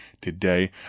today